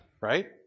right